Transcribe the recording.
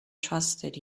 trusted